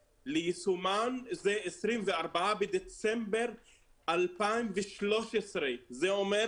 ליישומן זה 24 בדצמבר 2013. זה אומר,